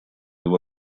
его